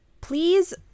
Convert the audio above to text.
Please